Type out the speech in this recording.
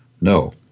no